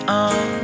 on